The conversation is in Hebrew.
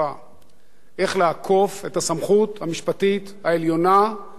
איך לעקוף את הסמכות המשפטית העליונה במדינת ישראל,